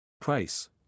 Price